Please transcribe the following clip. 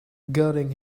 garlic